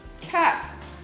Cap